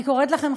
אני קוראת לכם,